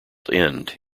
end